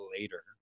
later